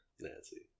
Nancy